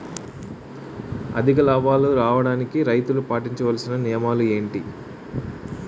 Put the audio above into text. అధిక లాభాలు రావడానికి రైతులు పాటించవలిసిన నియమాలు ఏంటి